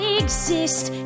exist